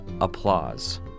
applause